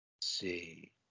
see